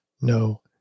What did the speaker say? no